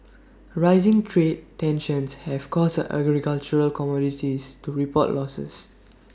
rising trade tensions have caused agricultural commodities to report losses